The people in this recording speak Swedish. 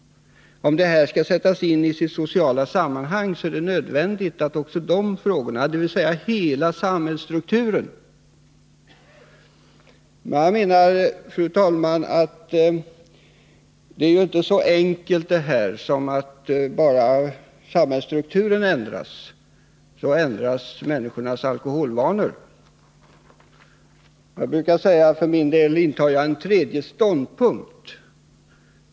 Om alkoholfrågan skall sättas in i sitt sociala sammanhang är det nödvändigt att ta med även dessa områden och se till hela samhällsstrukturen. Fru talman! Det är emellertid inte så enkelt att man kan säga att bara samhällsstrukturen ändras, så ändras också människornas alkoholvanor. Jag brukar säga att jag för min del intar en tredje ståndpunkt.